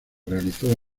realizó